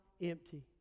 empty